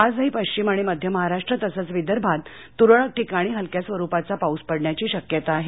आजही पश्विम आणि मध्य महाराष्ट्र तसंच विदर्भात तुरळक ठिकाणी हलक्या स्वरूपाचा पाऊस पडण्याची शक्यता आहे